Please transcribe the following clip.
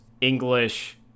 English